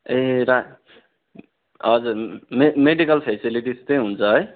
ए रा हजुर medical facilities चाहिँ हुन्छ है